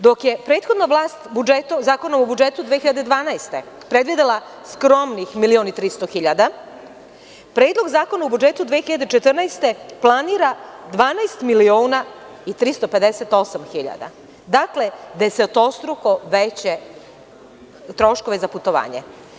Dok je prethodna vlast Zakonom o budžetu 2012. predvidela skromnih 1.300.000.000 dinara, Predlog zakona o budžetu 2014. planira 12.358.000.000, dakle, desetostruko veće troškove za putovanja.